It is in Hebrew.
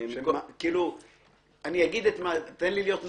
--- אני אגיד, תן לי להיות נביא.